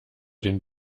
den